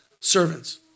servants